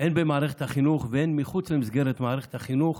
הן במערכת החינוך והן מחוץ למסגרת מערכת החינוך,